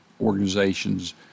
organization's